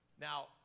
now